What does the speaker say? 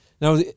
now